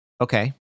Okay